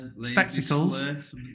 spectacles